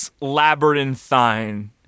Labyrinthine